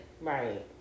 Right